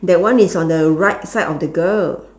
that one is on the right side of the girl